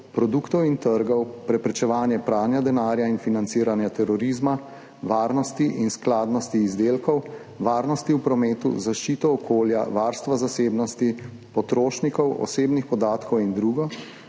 produktov in trgov, preprečevanja pranja denarja in financiranja terorizma, varnosti in skladnosti izdelkov, varnosti v prometu, zaščite okolja, varstva zasebnosti potrošnikov, osebnih podatkov in drugo,